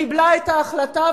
וקיבלה את ההחלטה,